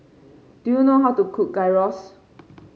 do you know how to cook Gyros